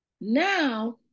Now